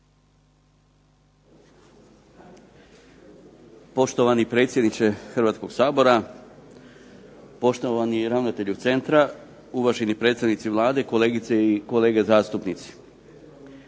Poštovani predsjedniče Hrvatskog sabora, poštovani ravnatelju centra, uvaženi predstavnici Vlade, kolegice i kolege zastupnici.